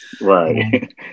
Right